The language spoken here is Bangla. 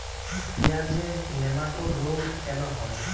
পেঁয়াজের নেমাটোড রোগ কেন হয়?